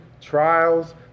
trials